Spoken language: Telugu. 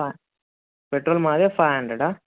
పెట్రోల్ మాదే ఫైవ్ హండ్రెడా